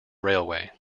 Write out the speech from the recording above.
railway